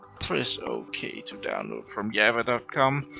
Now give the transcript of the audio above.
press ok to download from java com.